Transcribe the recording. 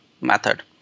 method